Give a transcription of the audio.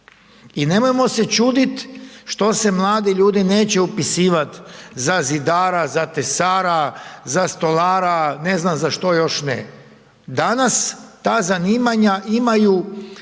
i nemojmo se čudit što se mladi ljudi neće upisivat za zidara, za tesara, za stolara, ne znam za što još ne. Danas ta zanimanja imaju